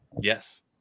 Yes